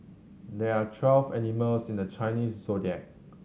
there are twelve animals in the Chinese Zodiac